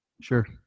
sure